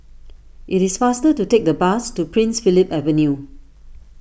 it is faster to take the bus to Prince Philip Avenue